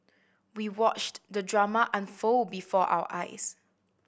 we watched the drama unfold before our eyes